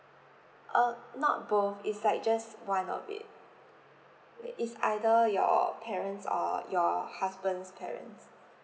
uh not both it's like just one of it it's either your parents or your husband's parents